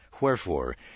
Wherefore